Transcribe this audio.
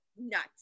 nuts